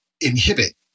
inhibit